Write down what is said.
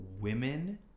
women